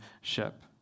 ship